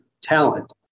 talent